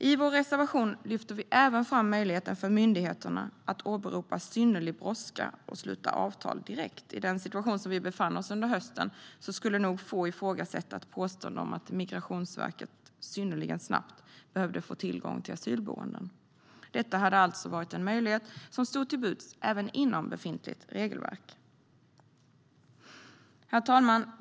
I vår reservation lyfter vi även fram möjligheten för myndigheterna att åberopa synnerlig brådska och sluta avtal direkt. I den situation som vi befann oss i under hösten skulle nog ingen ifrågasätta ett påstående om att Migrationsverket synnerligen snabbt behövde få tillgång till asylboenden. Detta hade alltså varit en möjlighet som stod till buds även inom befintligt regelverk. Herr talman!